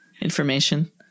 information